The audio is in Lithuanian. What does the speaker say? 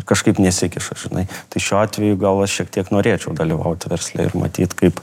kažkaip nesikiša žinai tai šiuo atveju gal aš šiek tiek norėčiau dalyvauti versle ir matyt kaip